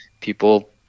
people